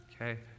Okay